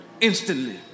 instantly